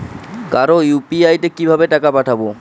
কারো ইউ.পি.আই তে কিভাবে টাকা পাঠাবো?